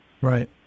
Right